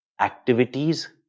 activities